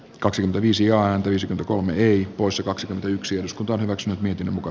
kaksi viisi ääntä viisi kolme ii poissa kaksikymmentäyksi uskontoa hyväkseen miten muka